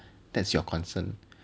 that is your concern